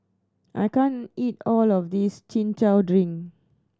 I can't eat all of this Chin Chow drink